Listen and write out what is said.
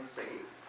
safe